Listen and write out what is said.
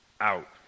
out